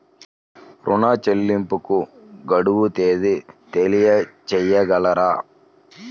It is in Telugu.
ఋణ చెల్లింపుకు గడువు తేదీ తెలియచేయగలరా?